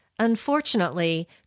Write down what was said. Unfortunately